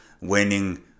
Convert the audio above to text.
winning